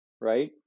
right